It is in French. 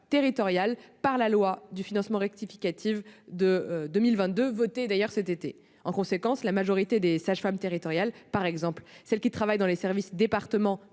territoriales par la loi de finances rectificative pour 2022 votée cet été. En conséquence, la majorité des sages-femmes territoriales, par exemple celles qui travaillent dans les services départementaux